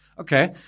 Okay